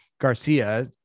Garcia